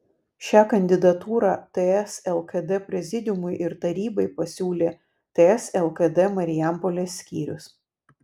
šią kandidatūrą ts lkd prezidiumui ir tarybai pasiūlė ts lkd marijampolės skyrius